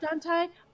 Dante